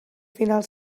final